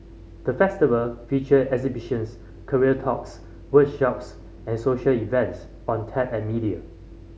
the Festival featured exhibitions career talks workshops and social events on tech and media